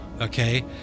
Okay